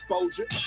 exposure